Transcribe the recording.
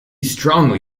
strongly